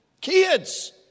Kids